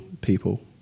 people